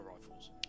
rifles